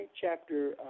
chapter